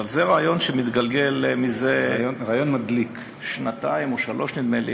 זה רעיון שמתגלגל זה שנתיים או שלוש, נדמה לי,